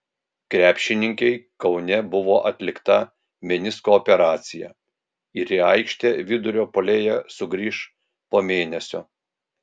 krepšininkei kaune buvo atlikta menisko operacija ir į aikštę vidurio puolėja sugrįš po mėnesio